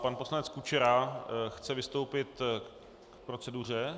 Pan poslanec Kučera chce vystoupit k proceduře.